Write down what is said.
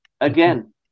again